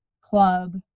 club